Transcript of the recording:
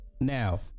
Now